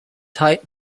tight